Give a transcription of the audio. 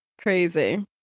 Crazy